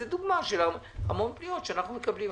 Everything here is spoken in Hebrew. זאת דוגמה להמון פניות שאנחנו מקבלים.